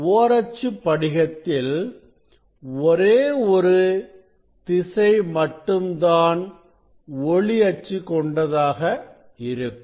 ஓரச்சுப் படிகத்தில் ஒரே ஒரு திசை மட்டும்தான் ஒளி அச்சு கொண்டதாக இருக்கும்